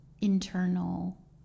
internal